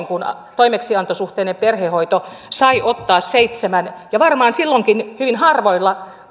kun toimeksiantosuhteinen perhehoito sai ottaa seitsemän varmaankin silloinkin hyvin